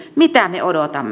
mitä me odotamme